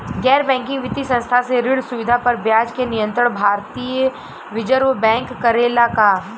गैर बैंकिंग वित्तीय संस्था से ऋण सुविधा पर ब्याज के नियंत्रण भारती य रिजर्व बैंक करे ला का?